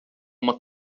uma